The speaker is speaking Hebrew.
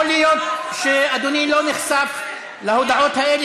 יכול להיות שאדוני לא נחשף להודעות האלה,